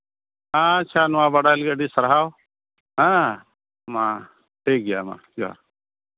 ᱟᱪᱪᱷᱟ ᱱᱚᱣᱟ ᱵᱟᱰᱟᱭ ᱞᱟᱹᱜᱤᱫ ᱟᱹᱰᱤ ᱥᱟᱨᱦᱟᱣ ᱦᱮᱸ ᱢᱟ ᱴᱷᱤᱠ ᱜᱮᱭᱟ ᱢᱟ ᱡᱚᱦᱟᱨ